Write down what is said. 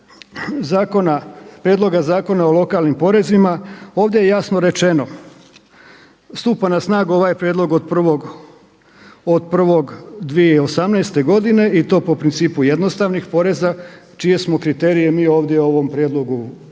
zakona, prijedloga Zakona o lokalnim porezima ovdje je jasno rečeno stupa na snagu ovaj prijedlog od 1.1.2018. godine i to po principu jednostavnih poreza čije smo kriterije mi ovdje u ovom prijedlogu utvrdili